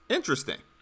Interesting